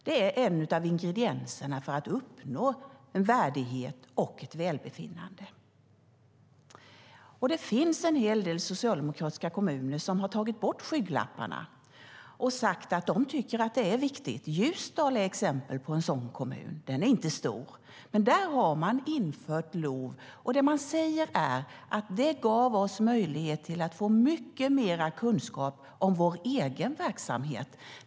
Det är en av ingredienserna för att uppnå värdighet och välbefinnande. Det finns en hel del socialdemokratiska kommuner som har tagit bort skygglapparna och sagt att de tycker att det är viktigt. Ljusdal är ett exempel på en sådan kommun. Den är inte stor, men där har man infört LOV. Det man säger är: Det gav oss möjlighet att få mycket mer kunskap om vår egen verksamhet.